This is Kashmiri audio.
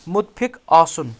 مُتفِق آسُن